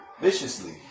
viciously